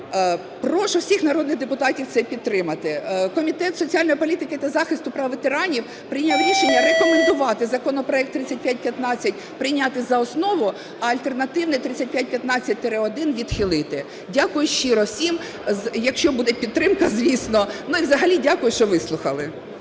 Прошу всіх народних депутатів це підтримати. Комітет соціальної політики та захисту прав ветеранів прийняв рішення рекомендувати законопроект 3515 прийняти за основу, а альтернативний – 3515-1 відхилити. Дякую щиро всім, якщо буде підтримка, звісно. І взагалі дякую, що вислухали.